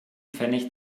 pfennig